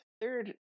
third